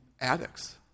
addicts